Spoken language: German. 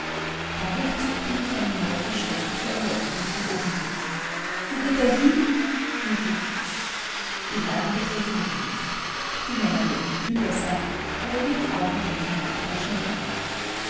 da durchzuckte mich eine neue schreckliche erleuchtung von oben wo geht er hin rief ich die herren begriffen mich nicht die männer mögen klüger sein aber wir frauen denken manchmal schneller